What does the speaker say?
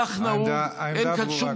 כך נהוג, העמדה ברורה, כבודו.